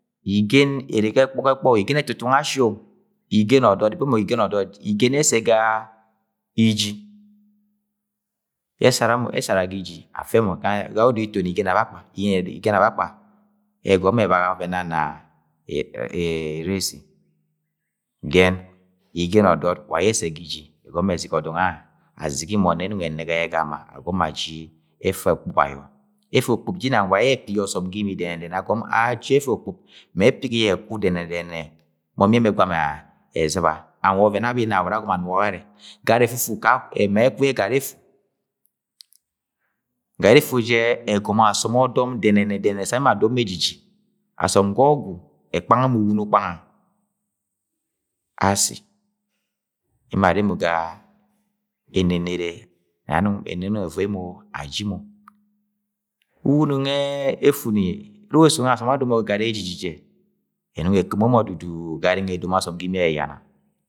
Igen erre ga ẹkpọ ga ẹkpọ o, igen ẹtutunge ashi o igen ọdọd, ibo mọ igen ọdọd igen esse ga iji yẹ esara ga iji afe mọ gayẹ odo Itoni Igen avakpa ẹgọm mọ ẹbaga ọvẹn nang na eresi, than Igen ọdọd wa yẹ ẹssẹ ga iji egom mọ ezigi ọdọd nga azigi mọ nẹ ẹnọng ẹnẹgẹ yẹ ga ama agọm mọ aji effa okpup ayo. Effa okpup jinang wa aye epigi ọsọm ga imi dẹnẹnẹ-dẹnẹnẹ mọm yẹ ẹmẹ ẹgwama ezɨba and wa ọvẹn yẹ abẹ Inabọrọ agọmọ anuga warẹ gari me ekwu ye gari efu. Gari efu jẹ ẹgomo asọm mo ejiji asọm ga ọgwu ekpanga mọ uwuno ukpanga, asin emo arre mo ga anẹnẹrẹ nẹ ẹnọng ẹvoi emo aji mo. Uwuno ngẹ efuni ẹruk eso nge asọm adomo gari ejiji jẹ ẹnọng ekɨmo mọ dudu gari edomo asọm ga imi ẹyayana.